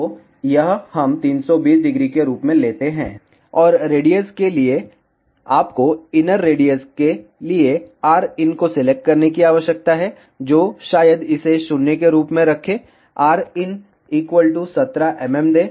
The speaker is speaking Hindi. तो यह हम 320 ° के रूप में लेते है और रेडियस के लिए आपको इनर रेडियस के लिए rin को सिलेक्ट करने की आवश्यकता होती है जो शायद इसे 0 के रूप में रखें rin 17 mm दे